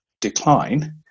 decline